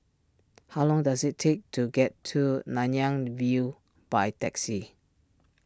how long does it take to get to Nanyang View by taxi